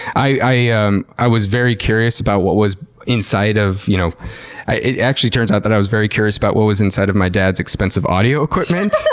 i ah yeah i was very curious about what was inside of. you know it actually turns out that i was very curious about what was inside of my dad's expensive audio equipment.